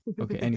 Okay